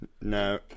No